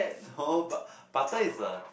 no but butter is a